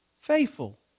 Faithful